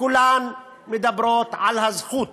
כולן מדברות על הזכות